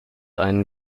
einen